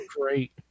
great